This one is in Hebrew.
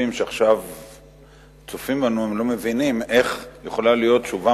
מהצופים שצופים בנו עכשיו לא מבינים איך יכולה להיות תשובה